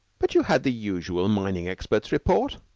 but you had the usual mining-expert's report.